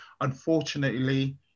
Unfortunately